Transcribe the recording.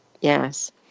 Yes